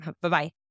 Bye-bye